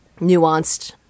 nuanced